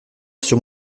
sur